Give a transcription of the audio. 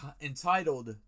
entitled